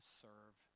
serve